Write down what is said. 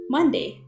Monday